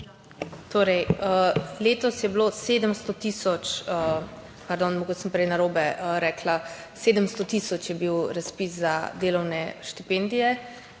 Letos je bilo 700 tisoč, pardon, mogoče sem prej narobe rekla, 700 tisoč je bil razpis za delovne štipendije,